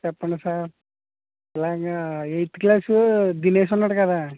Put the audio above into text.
చెప్పండి సార్ ఇలాగ eighth class Dinesh ఉన్నాడు కదా